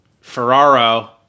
Ferraro